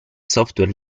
software